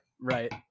right